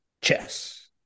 chess